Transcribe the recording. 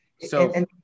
So-